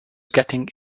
getting